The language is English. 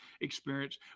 experience